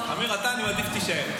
אמיר, אתה, אני מעדיף שתישאר.